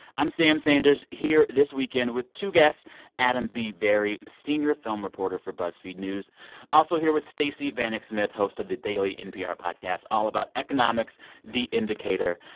i'm sam sanders, here this weekend with two guests adam b. vary, senior film reporter for buzzfeed news also here with stacey vanek smith, host of the daily npr podcast all about economics the indicator.